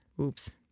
Oops